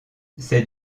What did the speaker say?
ces